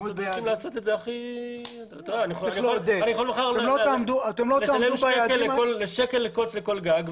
אנחנו צריכים לעשות את זה --- אני יכול מחר לחלק שקל לכל גג,